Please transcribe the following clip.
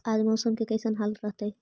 आज मौसम के कैसन हाल रहतइ?